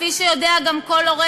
כפי שיודע גם כל הורה,